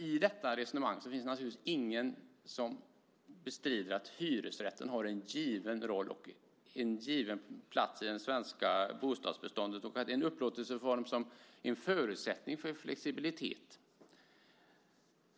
I detta resonemang finns det ingen som bestrider att hyresrätten har en given roll och en given plats i det svenska bostadsbeståndet. Det är en upplåtelseform som är en förutsättning för flexibilitet.